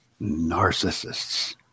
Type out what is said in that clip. narcissists